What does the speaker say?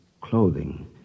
clothing